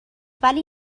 ولی